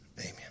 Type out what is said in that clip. Amen